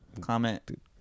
comment